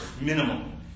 minimum